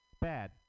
Bad